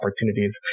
opportunities